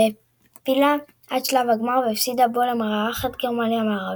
שהעפילה עד שלב הגמר והפסידה בו למארחת גרמניה המערבית.